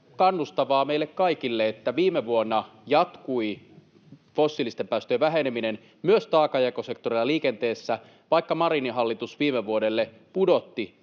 kannustavaa meille kaikille, että viime vuonna jatkui fossiilisten päästöjen väheneminen myös taakanjakosektorilla liikenteessä, vaikka Marinin hallitus viime vuodelle pudotti